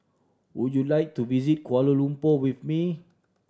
would you like to visit Kuala Lumpur with me